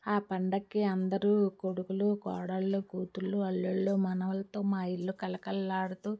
ఆ పండక్కి అందరూ కొడుకులు కోడళ్ళు కూతుళ్ళు అల్లుళ్ళు మనవళ్ళతో మా ఇల్లు కళకళలాడుతూ